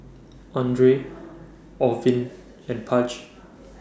Andrae Orvin and Page